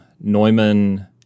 Neumann